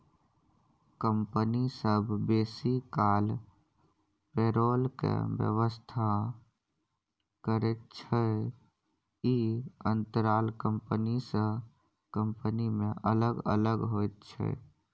company सब बेसी काल पेरोल के व्यवस्था करैत छै, ई अंतराल कंपनी से कंपनी में अलग अलग होइत छै